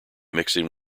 mixing